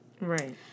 Right